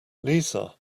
lisa